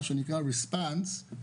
מה שנקרא: Rsponse ,